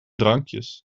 drankjes